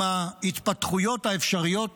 עם ההתפתחויות האפשריות